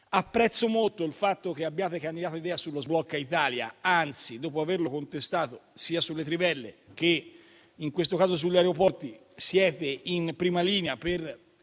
Apprezzo molto il fatto che abbiate cambiato idea sullo sblocca Italia. Anzi, dopo averlo contestato, sia sulle trivelle che, in questo caso, sugli aeroporti, siete in prima linea per